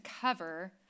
cover